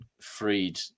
freed